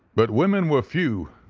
but women were few,